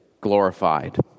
glorified